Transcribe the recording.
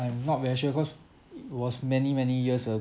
I'm not very sure cause it was many many years ago